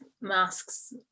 masks